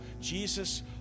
Jesus